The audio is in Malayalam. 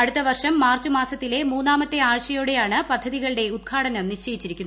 അടുത്ത വർഷം മാർച്ച് മാസത്തിലെ മൂന്ന്റ്മത്തെ ആഴ്ചയോടെയാണ് പദ്ധതികളുടെ ഉദ്ഘാടനം നിശ്ചരിച്ചിരിക്കുന്നത്